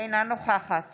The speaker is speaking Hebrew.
אינה נוכחת